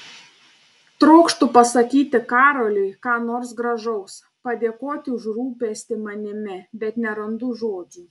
trokštu pasakyti karoliui ką nors gražaus padėkoti už rūpestį manimi bet nerandu žodžių